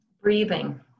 Breathing